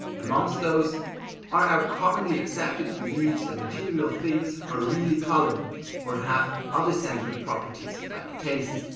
amongst those are our commonly accepted beliefs that materials things are really colored or have other sensory properties like tastes,